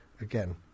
again